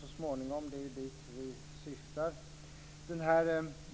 Det är ju dit vi syftar.